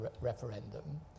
referendum